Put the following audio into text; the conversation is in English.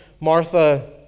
Martha